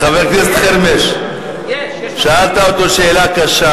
חבר הכנסת חרמש, שאלת אותו שאלה קשה.